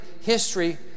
history